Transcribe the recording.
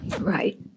Right